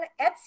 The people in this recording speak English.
Etsy